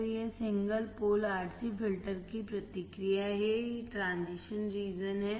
तो यह single pole RC filter की प्रतिक्रिया है और यह ट्रांजिशन रिजियन है